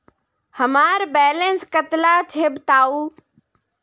हमार बैलेंस कतला छेबताउ?